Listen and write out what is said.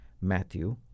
Matthew